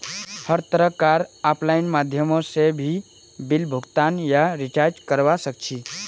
हर तरह कार आफलाइन माध्यमों से भी बिल भुगतान या रीचार्ज करवा सक्छी